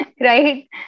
right